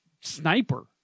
sniper